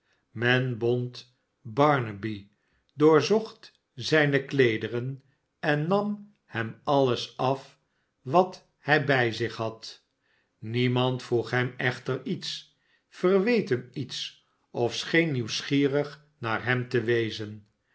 men bond barnaby doorzocht zijne kleederen en nam hem alles af wat hij bij zich had niemand vroeg hem echter lets verweet hem iets of scheen nieuwsgierig naar hem te wezen